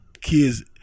kids